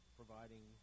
providing